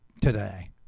today